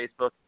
Facebook